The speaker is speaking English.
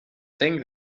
sing